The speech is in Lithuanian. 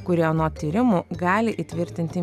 kuri anot tyrimų gali įtvirtinti